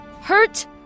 hurt